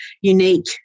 unique